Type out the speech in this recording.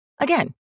Again